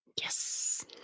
Yes